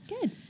Good